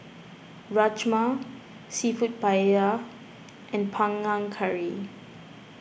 Rajma Seafood Paella and Panang Curry